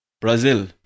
Brazil